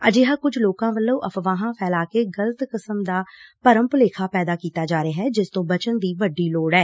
ਅਜਿਹਾ ਕੁੱਝ ਲੋਕਾਂ ਵਲੋਂ ਅਫ਼ਵਾਹਾਂ ਫੈਲਾਅ ਕੇ ਗਲਤ ਕਿਸਮ ਦਾ ਭਰਮ ਭੁਲੇਖਾ ਪੈਦਾ ਕੀਤਾ ਜਾ ਰਿਹੈ ਜਿਸ ਤੋਂ ਬਚਣ ਦੀ ਵੱਡੀ ਲੋੜ ਐ